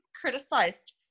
criticized